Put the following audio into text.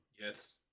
Yes